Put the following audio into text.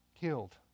Killed